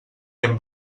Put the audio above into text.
amb